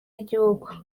y’igihugu